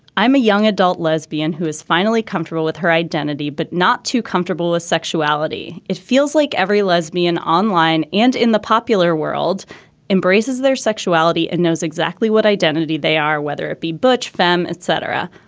i'm a young adult lesbian who is finally comfortable with her identity, but not too comfortable with sexuality. it feels like every lesbian online and in the popular world embraces their sexuality and knows exactly what identity they are, whether it be butch femme, etc.